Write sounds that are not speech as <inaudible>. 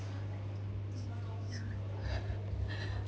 <breath>